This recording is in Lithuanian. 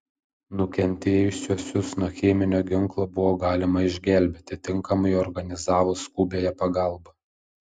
nukentėjusiuosius nuo cheminio ginklo buvo galima išgelbėti tinkamai organizavus skubiąją pagalbą